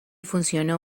funcionó